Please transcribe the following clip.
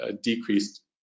decreased